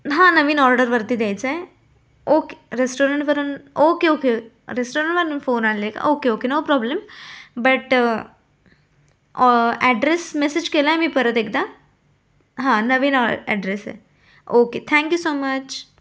हां नवीन ऑर्डरवरती द्यायचा आहे ओके रेस्टॉरंटवरून ओके ओके रेस्टॉरंटवरून फोन आले का okay okay no problem but address message केला आहे मी परत एकदा हां नवीन ऑर ॲड्रेस आहे okay thank you so much